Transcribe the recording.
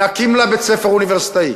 נקים לה בית-ספר אוניברסיטאי,